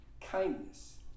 kindness